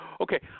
Okay